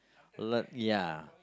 learn ya